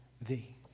thee